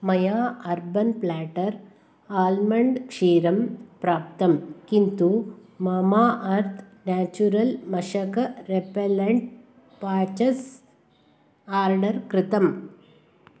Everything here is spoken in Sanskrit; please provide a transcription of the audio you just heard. मया अर्बन् प्लाटर् आल्मण्ड् क्षीरं प्राप्तं किन्तु मम अर्थ् नेचुरल् मशक रेपेलेण्ट् पेचस् आर्डर् कृतम्